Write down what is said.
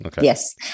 yes